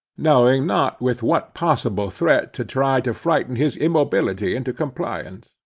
knowing not with what possible threat to try to frighten his immobility into compliance.